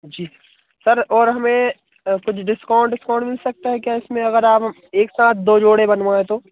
जी sir और हमें कुछ डिस्काउंट उस्काउंट मिल सकता है क्या इसमें अगर आप एक साथ दो जोड़े बनवाएँ तो